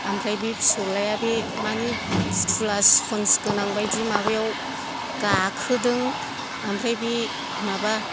ओमफ्राय बे फिसौलाया बे मानि फुथुला सिफन्स गोनां बादि माबायाव गाखोदों ओमफ्राय बे माबा